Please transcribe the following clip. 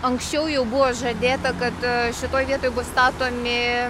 anksčiau jau buvo žadėta kad šitoj vietoj bus statomi